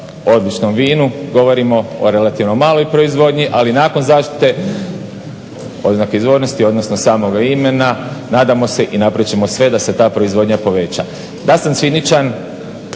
odličnom vinu, govorimo o relativno maloj proizvodnji, ali nakon zaštite, oznake izvornosti, odnosno samoga imena, nadamo se i napraviti ćemo sve da se ta proizvodnja poveća.